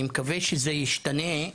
אני מקווה שזה ישתנה,